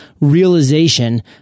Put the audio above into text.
realization